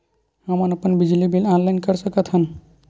हमन अपन बिजली बिल ऑनलाइन कर सकत हन?